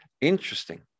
Interesting